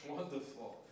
Wonderful